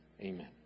Amen